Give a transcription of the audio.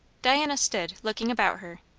diana stood, looking about her.